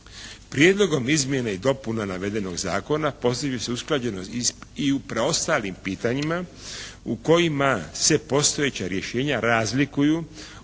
Prijedlogom izmjene i dopune navedenog zakona postigli usklađenost i u preostalim pitanjima u kojima se postojeća rješenja razlikuju od